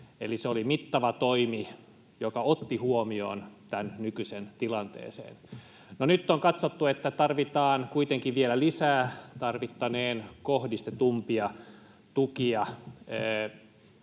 Eli se oli mittava toimi, joka otti huomioon tämän nykyisen tilanteen. No nyt on katsottu, että tarvitaan kuitenkin vielä lisää ja tarvittaneen kohdistetumpia tukia.